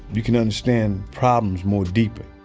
you can understand problems more deeply